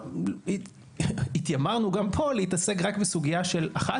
אנחנו התיימרנו גם פה להתעסק רק בסוגיה אחת,